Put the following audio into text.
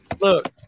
Look